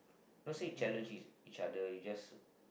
not say challenge each each other it's just to